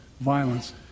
violence